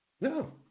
No